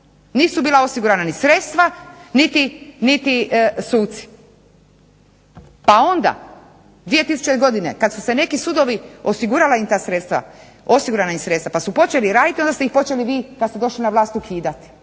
nisu bila osigurana ni sredstva niti suci. Pa onda 2000. godine kada su se nekim sudovima osigurala ta sredstva pa su počeli raditi onda ste ih počeli vi kad ste došli na vlast ukidat.